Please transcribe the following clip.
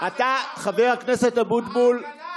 העגלה הריקה,